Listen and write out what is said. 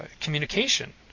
communication